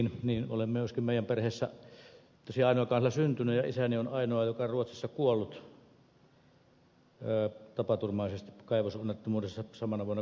olen meidän perheessä tosiaan ainoa joka on siellä syntynyt ja isäni on ainoa joka on ruotsissa kuollut tapaturmaisesti kaivosonnettomuudessa samana vuonna kuin minä olen syntynyt